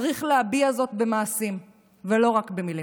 צריך להביע זאת במעשים ולא רק במילים.